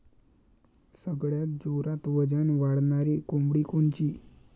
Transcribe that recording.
सगळ्यात जोरात वजन वाढणारी कोंबडी कोनची?